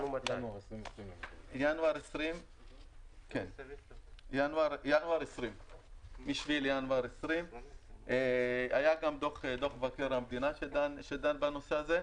2020. היה גם דוח מבקר המדינה שדן בנושא הזה.